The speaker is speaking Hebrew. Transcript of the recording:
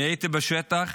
הייתי בשטח.